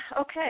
Okay